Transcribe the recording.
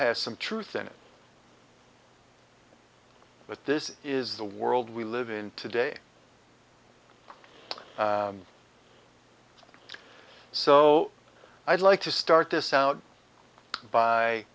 has some truth in it but this is the world we live in today so i'd like to start this out